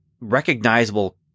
recognizable